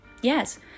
yes